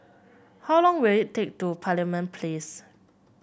how long will it take to Parliament Place